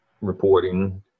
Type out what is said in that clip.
reporting